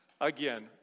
Again